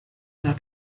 not